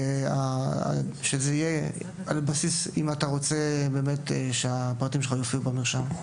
אם אתה רוצה שהפרטים שלך יופיעו במרשם.